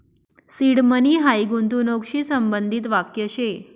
seed money हायी गूंतवणूकशी संबंधित वाक्य शे